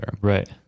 Right